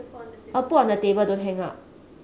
oh put on the table don't hang up